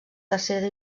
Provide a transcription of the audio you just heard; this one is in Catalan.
tercera